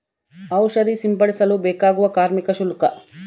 ಔಷಧಿ ಸಿಂಪಡಿಸಲು ಬೇಕಾಗುವ ಕಾರ್ಮಿಕ ಶುಲ್ಕ?